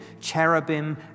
cherubim